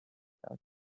alchemist